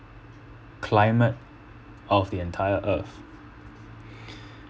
climate of the entire earth